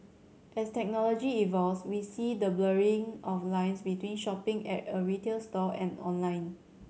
as technology evolves we see the blurring of lines between shopping at a retail store and online